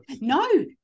no